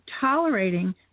tolerating